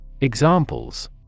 Examples